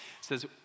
says